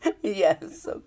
yes